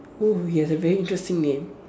oh he has a very interesting name